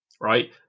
right